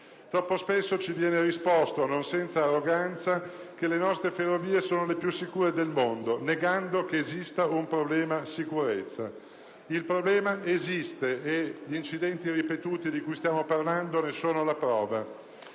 troppo spesso ci viene risposto, non senza arroganza, che le nostre ferrovie sono le più sicure nel mondo, negando che esista un problema sicurezza. Il problema esiste e gli incidenti ripetuti di cui stiamo parlando ne sono la prova.